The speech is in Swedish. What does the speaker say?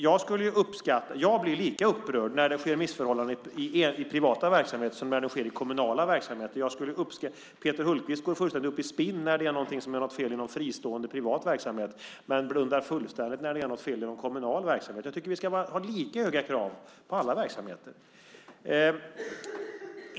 Jag blir lika upprörd när det är missförhållanden i privata verksamheter som i kommunala verksamheter. Peter Hultqvist går fullständigt upp i spinn när det är något som är fel i en fristående privat verksamhet men blundar helt när det är något fel i en kommunal verksamhet. Jag tycker att vi ska ha lika höga krav på alla verksamheter.